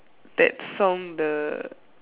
that song the